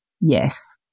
Yes